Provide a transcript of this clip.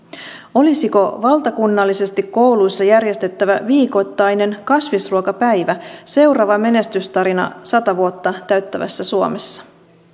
olisiko valtakunnallisesti kouluissa järjestettävä viikoittainen kasvisruokapäivä seuraava menestystarina sata vuotta täyttävässä suomessa